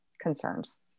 concerns